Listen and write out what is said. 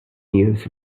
years